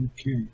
Okay